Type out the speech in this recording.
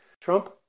Trump